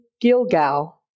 Gilgal